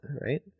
right